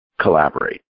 collaborate